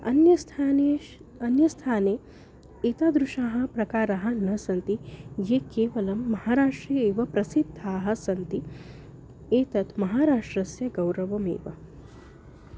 अन्यस्थानेषु अन्यस्थाने एतादृशाः प्रकाराः न सन्ति ये केवलं महाराष्ट्रे एव प्रसिद्धाः सन्ति एतत् महाराष्ट्रस्य गौरवमेव